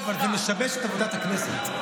אבל זה משבש את עבודת הכנסת.